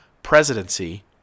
presidency